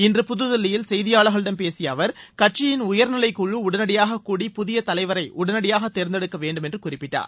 இன்று புதுதில்லியில் செய்தியாளர்களிடம் பேசிய அவர் கட்சியின் உயர்நிலை குழு உடனடியாக கூடி புதிய தலைவரை உடனடியாக தேர்ந்தெடுக்க வேண்டும் என்று குறிப்பிட்டார்